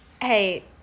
Hey